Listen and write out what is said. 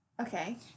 Okay